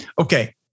Okay